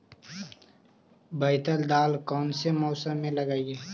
बैतल दाल कौन से मौसम में लगतैई?